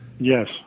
Yes